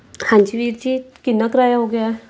ਹਾਂਜੀ ਵੀਰ ਜੀ ਕਿੰਨਾ ਕਿਰਾਇਆ ਹੋ ਗਿਆ